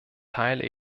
teile